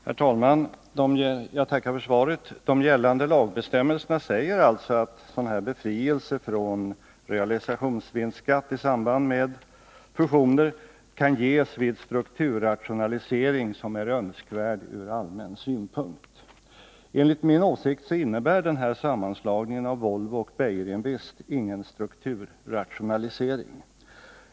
Herr talman! Jag tackar budgetministern för svaret. Gällande lagbestämmelser säger att befrielse från realisationsvinstskatt i samband med fusioner kan beviljas vid strukturrationalisering som är önskvärd ur allmän synpunkt. Enligt min åsikt innebär sammanslagningen av Volvo och Beijerinvest ingen strukturrationalisering.